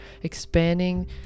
expanding